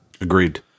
Agreed